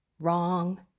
Wrong